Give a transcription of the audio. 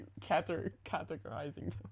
categorizing